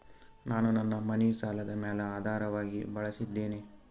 ನಾನು ನನ್ನ ಮನಿ ಸಾಲದ ಮ್ಯಾಲ ಆಧಾರವಾಗಿ ಬಳಸಿದ್ದೇನೆ